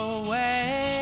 away